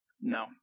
No